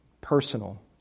personal